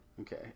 Okay